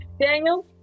daniel